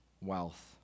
wealth